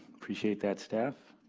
bappreciate that staff.